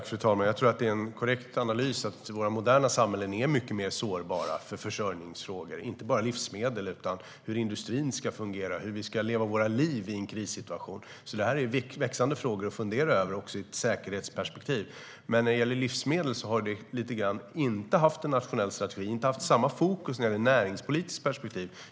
Fru talman! Jag tror att det är en korrekt analys att våra moderna samhällen är mycket sårbara i försörjningsfrågor inte bara när det gäller livsmedel, utan det handlar också om hur industrin ska fungera och hur vi ska leva våra liv i en krissituation. Det är växande frågor att fundera över också i ett säkerhetsperspektiv. När det gäller livsmedel har vi lite grann inte haft en nationell strategi, inte haft samma fokus när det gäller näringspolitiskt perspektiv.